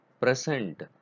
present